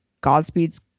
Godspeed's